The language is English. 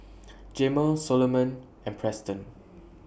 Jamel Soloman and Preston